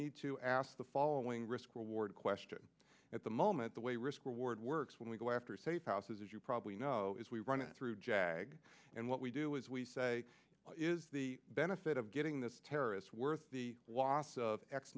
need to ask the following risk reward question at the moment the way risk reward works when we go after safe houses as you probably know as we run it through jag and what we do is we say is the benefit of getting this terrorist worth the loss of x